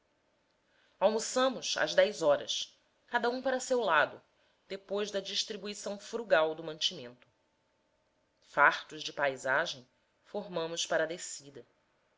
almoçamos às dez horas cada um para seu lado depois da distribuição frugal do mantimento fartos de paisagem formamos para a descida